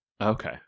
Okay